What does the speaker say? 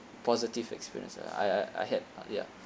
positive experience I I I had ya